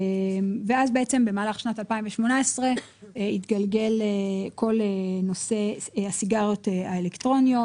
במהלך שנת 2018 התגלגל כל הנושא של הסיגריות האלקטרוניות.